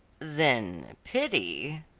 then pity,